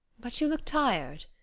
but you look tired,